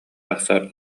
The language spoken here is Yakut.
тахсар